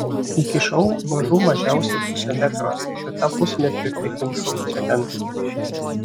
įkišau mažų mažiausiai pusę metro ir tą pusmetrį prikimšau cemento